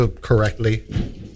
correctly